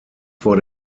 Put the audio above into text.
vor